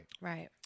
Right